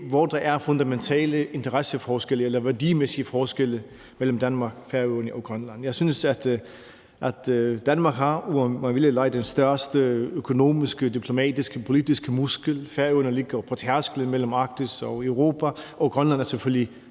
hvor der er fundamentale interesseforskelle eller værdimæssige forskelle mellem Danmark, Færøerne og Grønland. Jeg synes, at Danmark, om man vil det eller ej, har den største økonomiske, diplomatiske og politiske muskel, Færøerne ligger på tærsklen mellem Arktis og Europa, og Grønland er selvfølgelig